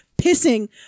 pissing